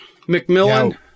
McMillan